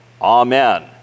Amen